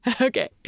Okay